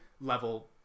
level